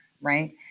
right